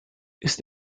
ist